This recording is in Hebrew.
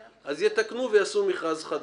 אז יתקנו ויעשו מכרז חדש.